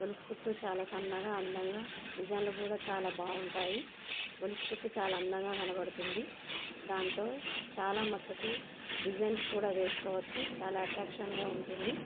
గొలుసు కుట్టు చాలా సన్నగా అందంగా డిజైన్లు కూడా చాలా బాగుంటాయి గొలుసు కుట్టు చాలా అందంగా కనబడుతుంది దాంతో చాలా మట్టుకు డిజైన్స్ కూడా వేసుకోవచ్చు చాలా అట్రాక్షన్గా ఉంటుంది